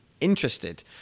interested